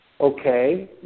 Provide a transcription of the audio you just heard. okay